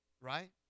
Right